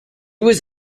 was